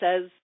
says